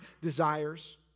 desires